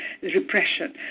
repression